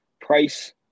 price